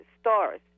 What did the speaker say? stars